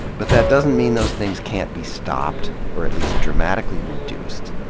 but that doesn't mean those things can't be stopped, or at least dramatically reduced.